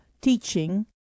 teaching